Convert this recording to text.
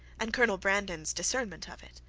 and colonel brandon's discernment of it.